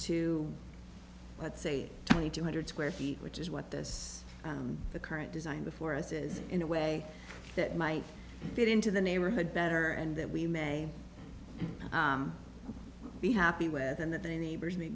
to let's say twenty two hundred square feet which is what this the current design before us is in a way that might fit into the neighborhood better and that we may be happy with and that the neighbors may